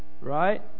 right